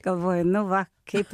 galvoju nu va kaip